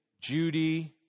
Judy